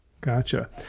Gotcha